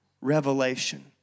Revelation